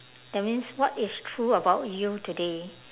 that means what is true about you today